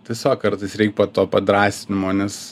tiesiog kartais reik pa to padrąsinimo nes